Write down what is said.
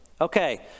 Okay